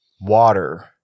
water